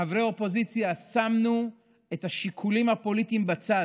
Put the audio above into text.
כחברי אופוזיציה שמנו את השיקולים הפוליטיים בצד,